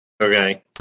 Okay